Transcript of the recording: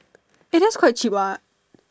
eh that's quite cheap what